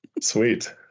Sweet